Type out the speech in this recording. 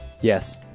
yes